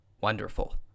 wonderful